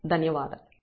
ధన్యవాదములు